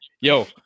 yo